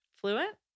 Fluent